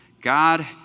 God